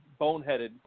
boneheaded